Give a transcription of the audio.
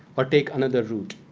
or take another route.